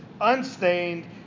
unstained